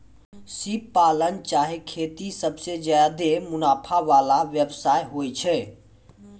सिप पालन चाहे खेती सबसें ज्यादे मुनाफा वला व्यवसाय होय छै